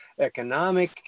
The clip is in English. economic